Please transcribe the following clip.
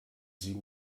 sie